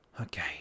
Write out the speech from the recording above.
Okay